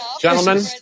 Gentlemen